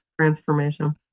transformation